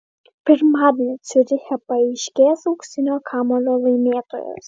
pirmadienį ciuriche paaiškės auksinio kamuolio laimėtojas